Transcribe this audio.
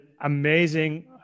amazing